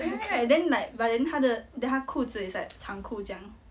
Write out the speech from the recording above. right then like but then 他的 then 他裤子 is like 长裤这样